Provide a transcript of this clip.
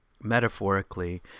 metaphorically